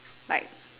like